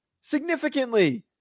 significantly